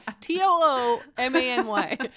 t-o-o-m-a-n-y